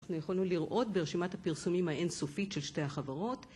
אנחנו יכולנו לראות ברשימת הפרסומים האינסופית של שתי החברות